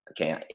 Okay